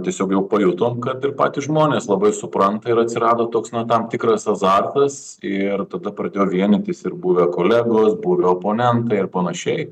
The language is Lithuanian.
tiesiog jau pajutom kad ir patys žmonės labai supranta ir atsirado toks na tam tikras azartas ir tada pradėjo vienytis ir buvę kolegos buvę oponentai ir panašiai